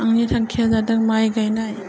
आंनि थांखिया जादों माइ गायनाय